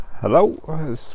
Hello